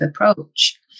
approach